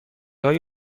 های